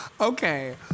okay